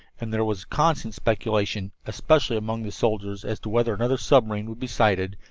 and there was constant speculation, especially among the soldiers, as to whether another submarine would be sighted,